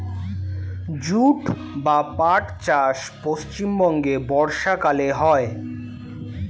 jute বা পাট চাষ পশ্চিমবঙ্গে বর্ষাকালে হয়